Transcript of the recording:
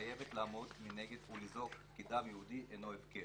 מחייבת לעמוד מנגד ולזעוק כי דם יהודי אינו הפקר".